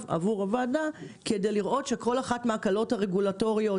עבור הוועדה כדי לראות שכל אחת מההקלות הרגולטוריות,